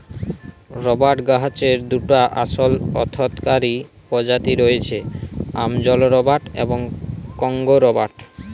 রবাট গাহাচের দুটা আসল অথ্থকারি পজাতি রঁয়েছে, আমাজল রবাট এবং কংগো রবাট